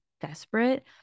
desperate